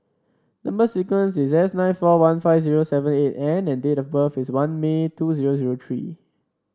number sequence is S nine four one five zero seven eight N and date of birth is one May two zero zero three